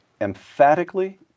emphatically